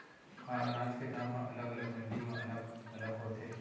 का अनाज के दाम हा अलग अलग मंडी म अलग अलग होथे?